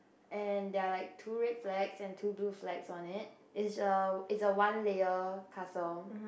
and there are like two red flags and two blue flags on it it's a it's a one layer castle